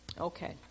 Okay